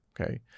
Okay